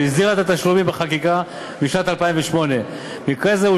שהסדירה את התשלומים בחקיקה בשנת 2008. במקרה זה,